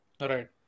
Right